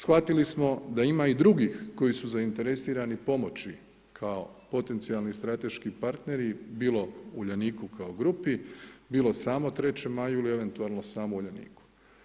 Shvatili smo da ima i drugih koji su zainteresirani pomoći kao potencijalni strateški partneri, bilo Uljaniku kao grupi, bilo samo 3. Maju ili eventualno samo Uljaniku.